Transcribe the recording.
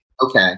Okay